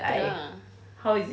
ya